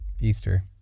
Easter